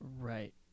Right